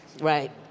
Right